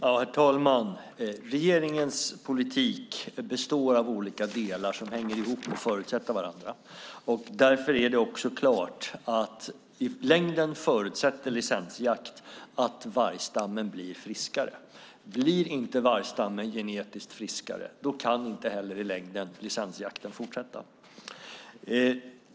Herr talman! Regeringens politik består av olika delar som hänger ihop och förutsätter varandra. Därför är det klart att licensjakt i längden förutsätter att vargstammen blir friskare. Om vargstammen inte blir genetiskt friskare kan licensjakten inte fortsätta.